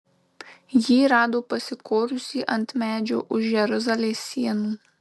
jį rado pasikorusį ant medžio už jeruzalės sienų